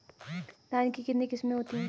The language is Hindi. धान की कितनी किस्में होती हैं?